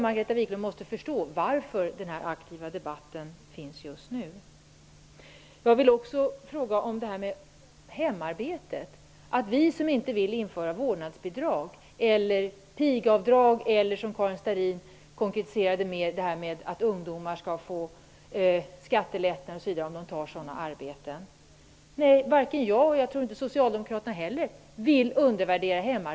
Margareta Viklund måste förstå varför den här aktiva debatten förs just nu. Jag vill också ställa en fråga om hemarbetet. Vi vill inte införa vårdnadsbidrag eller pigavdrag. Karin Starrin konkretiserade det med att säga att ungdomar skall få skattelättnader om de tar sådana arbeten. Jag vill inte undervärdera hemarbetet, och det tror jag inte heller att socialdemokraterna vill göra.